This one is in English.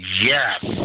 Yes